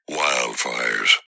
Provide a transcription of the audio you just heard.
wildfires